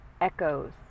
echoes